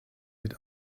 did